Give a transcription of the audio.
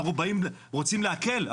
אנחנו רוצים להקל,